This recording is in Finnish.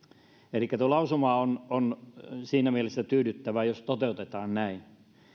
elikkä tuo lausuma on on siinä mielessä tyydyttävä jos toteutetaan näin